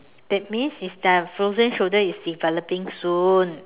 that means is that frozen shoulders is developing soon